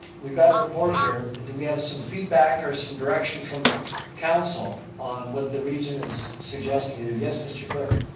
we've got a report here, do we have some feedback or some direction from council on what the region is suggesting to do? yes, mr. clerk.